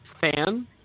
fan